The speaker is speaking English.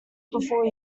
before